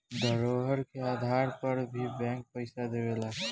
धरोहर के आधार पर भी बैंक पइसा देवेला